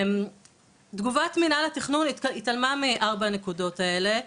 תגובת מנהל התכנון התעלמה מארבעת הנקודות הללו.